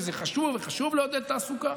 וזה חשוב, וחשוב לעודד תעסוקה.